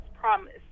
promise